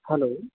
hello